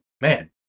man